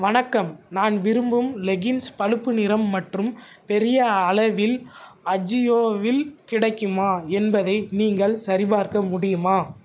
வணக்கம் நான் விரும்பும் லெகின்ஸ் பழுப்பு நிறம் மற்றும் பெரிய அளவில் அஜியோவில் கிடைக்குமா என்பதை நீங்கள் சரிபார்க்க முடியுமா